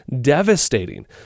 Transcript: devastating